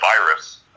Virus